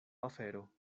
afero